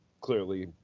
clearly